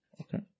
Okay